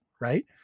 right